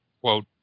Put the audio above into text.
quote